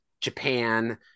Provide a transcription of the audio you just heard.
Japan